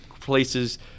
places